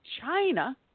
China